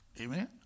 Amen